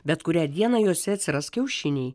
bet kurią dieną jose atsiras kiaušiniai